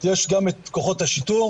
יש גם את כוחות השיטור,